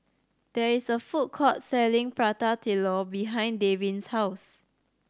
there is a food court selling Prata Telur behind Davin's house